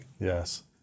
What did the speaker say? Yes